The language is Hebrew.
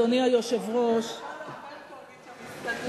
אדוני היושב-ראש,